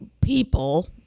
people